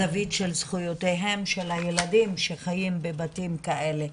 הזווית של זכויותיהם של ילדים שחיים בבתים כאלה.